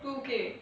two K